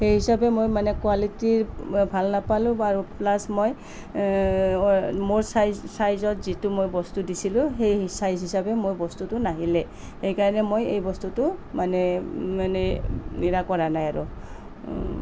সেই হিচাপে মই মানে কুৱালিটী মই ভাল নাপালোঁ আৰু প্লাছ মই মোৰ চাইজ চাইজত যিটো মই বস্তু দিছিলোঁ সেই চাইজ হিচাপে মোৰ বস্তুটো নাহিলে সেইকাৰণে মই এই বস্তুটো মানে মানে হেৰা কৰা নাই আৰু